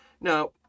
Now